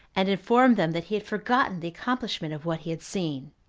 and informed them that he had forgotten the accomplishment of what he had seen,